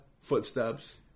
footsteps